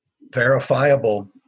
verifiable